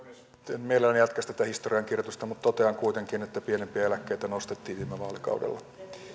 en mielelläni jatkaisi tätä historiankirjoitusta mutta totean kuitenkin että pienimpiä eläkkeitä nostettiin viime vaalikaudella